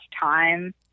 time